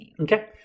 Okay